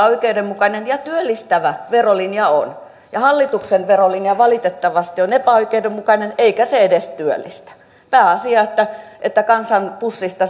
oikeudenmukainen ja työllistävä verolinja on ja hallituksen verolinja valitettavasti on epäoikeudenmukainen eikä se edes työllistä pääasia että että kansan pussista